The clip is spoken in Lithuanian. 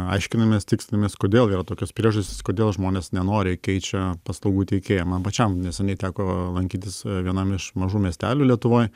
aiškinamės tikslinamės kodėl yra tokios priežastys kodėl žmonės nenoriai keičia paslaugų teikėją man pačiam neseniai teko lankytis vienam iš mažų miestelių lietuvoj